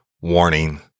Warning